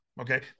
Okay